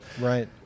Right